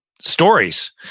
stories